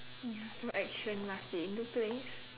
ya so action must be in the place